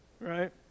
right